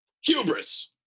Hubris